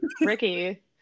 ricky